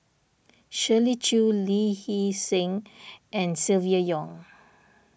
Shirley Chew Lee Hee Seng and Silvia Yong